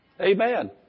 Amen